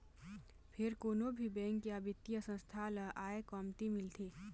फेर कोनो भी बेंक या बित्तीय संस्था ल आय कमती मिलथे